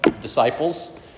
disciples